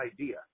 idea